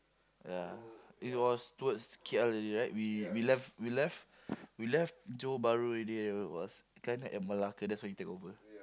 ya it was towards K_L already right we we left we left we left Johor-Bahru already it was kind of at Malacca that's where you take over